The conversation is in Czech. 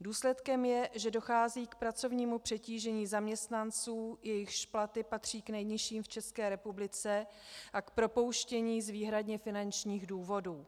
Důsledkem je, že dochází k pracovnímu přetížení zaměstnanců, jejichž platy patří k nejnižším v České republice, a k propouštění z výhradně finančních důvodů.